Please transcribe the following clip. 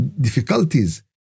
difficulties